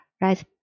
right